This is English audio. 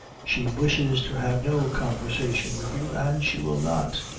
she wishes to have no conversation with you, and she will not.